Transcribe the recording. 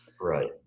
Right